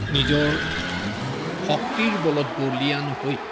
নিজৰ শক্তিৰ বলত বলীয়ান হৈ